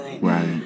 Right